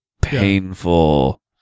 painful